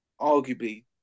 arguably